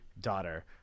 daughter